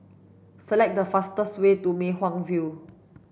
select the fastest way to Mei Hwan View